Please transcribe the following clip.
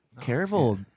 Careful